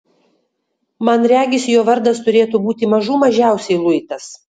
man regis jo vardas turėtų būti mažų mažiausiai luitas